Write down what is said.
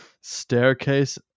staircase